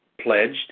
pledged